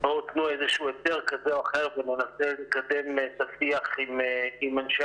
תנו היתר כזה או אחר וננסה לקדם את השיח עם אנשי